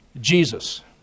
Jesus